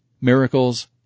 Miracles